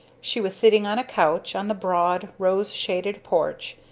she was sitting on a couch on the broad, rose-shaded porch,